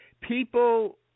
people